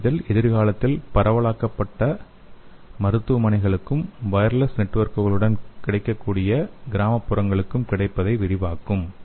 நோயறிதல் எதிர்காலத்தில் பரவலாக்கப்பட்ட மருத்துவமனைகளுக்கும் வயர்லெஸ் நெட்வொர்க்குகள் கிடைக்கக்கூடிய கிராமப்புறங்களுக்கும் கிடைப்பதை விரிவாக்கும்